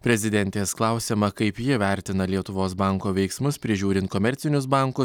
prezidentės klausiama kaip ji vertina lietuvos banko veiksmus prižiūrint komercinius bankus